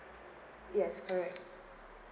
yes correct